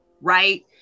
right